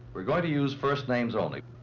we're going to use first names only.